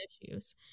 issues